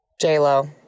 J-Lo